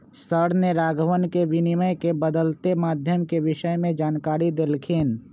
sir ने राघवन के विनिमय के बदलते माध्यम के विषय में जानकारी देल खिन